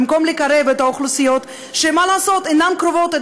במקום לקרב את האוכלוסיות שאינן קרובות,